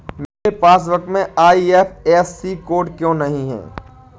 मेरे पासबुक में IFSC code क्यो नहीं है?